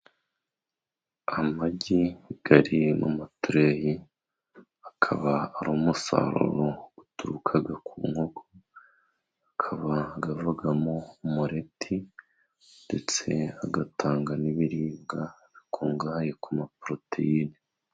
Amagi ari mu ma tureyi, akaba ari umusaruro uturuka ku nkoko, akaba avamo umureti ndetse agatanga n'ibiribwa bikungahaye ku ma poroteyine.